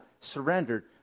surrendered